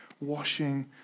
washing